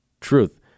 truth